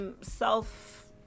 self